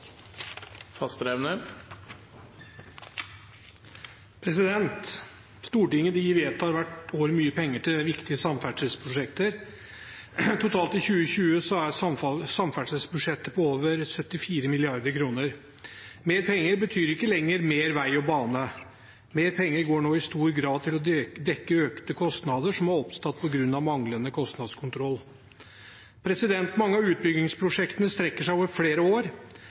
Stortinget vedtar hvert år mye penger til viktige samferdselsprosjekter. Totalt i 2020 er samferdselsbudsjettet på over 74 mrd. kr. Mer penger betyr ikke lenger mer vei og bane. Mer penger går nå i stor grad til å dekke økte kostnader som har oppstått på grunn av manglende kostnadskontroll. Mange av utbyggingsprosjektene strekker seg over flere år.